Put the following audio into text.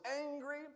angry